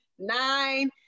nine